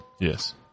Yes